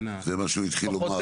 זה מה שהוא התחיל לומר.